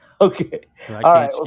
Okay